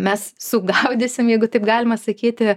mes sugaudysim jeigu taip galima sakyti